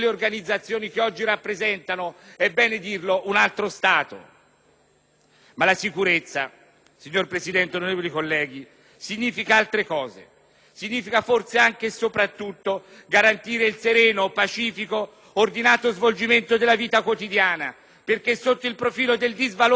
La sicurezza, signor Presidente e onorevoli colleghi, significa altre cose; significa forse anche e soprattutto garantire il sereno, pacifico e ordinato svolgimento della vita quotidiana, perché sotto il profilo del disvalore delle condotte non so se sia più grave